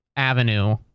avenue